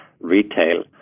retail